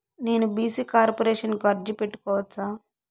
నేను BC corporation కు అర్జీ పెట్టుకోవచ్చా?